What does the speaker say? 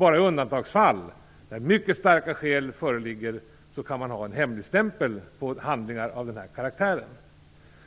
Bara i undantagsfall, när mycket starka skäl föreligger, kan man ha en hemligstämpel på handlingar av den här karaktären.